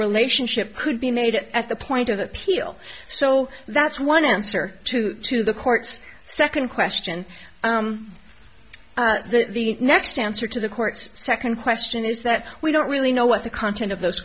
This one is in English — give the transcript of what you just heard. relationship could be made at the point of appeal so that's one answer to to the court's second question the next answer to the courts second question is that we don't really know what the content of those